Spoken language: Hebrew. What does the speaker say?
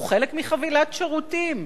הוא חלק מחבילת שירותים,